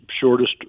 shortest